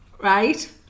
Right